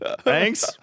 Thanks